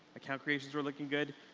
account creations were looking good,